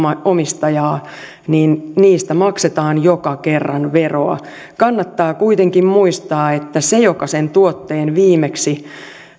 omistajaa niin niistä maksetaan joka kerta veroa kannattaa kuitenkin muistaa että se joka sen tuotteen tai kiinteistön viimeksi